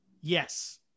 Yes